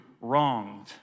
wronged